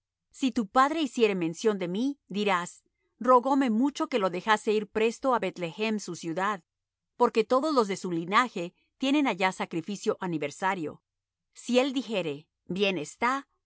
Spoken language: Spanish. si tu padre hiciere mención de mí dirás rogóme mucho que lo dejase ir presto á beth-lehem su ciudad porque todos los de su linaje tienen allá sacrificio aniversario si él dijere